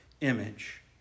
image